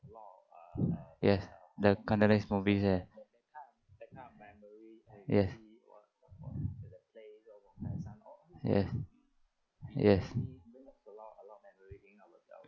yes the cantonese movies ya yes yes yes